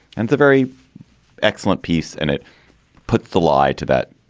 and the very excellent piece. and it puts the lie to that.